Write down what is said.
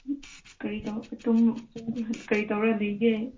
ꯀꯔꯤ ꯀꯔꯤ ꯇꯧꯔ ꯂꯩꯒꯦ